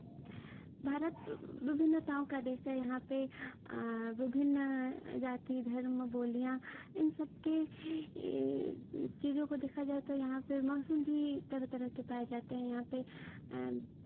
भारत विभिन्नताओं का देश है यहाँ पे विभिन्न जाति धर्म बोलियाँ इन सबके ये चीज़ों को देखा जाए तो यहाँ पे मौसम भी तरह तरह के पाए जाते हैं यहाँ पे